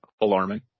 alarming